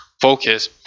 focus